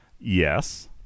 Yes